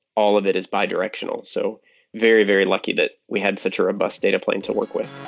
all of it is bi-directional. so very, very lucky that we had such a robust data plane to work with